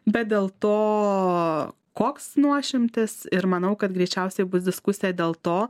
bet dėl to koks nuošimtis ir manau kad greičiausiai bus diskusija dėl to